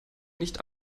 nicht